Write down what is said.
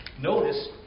Notice